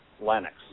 Lennox